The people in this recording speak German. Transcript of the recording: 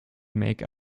make